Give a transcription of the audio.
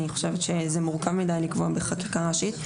אני חושבת שזה מורכב מידי לקבוע בחקיקה ראשית.